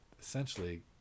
essentially